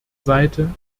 seite